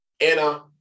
Anna